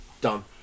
Done